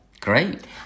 great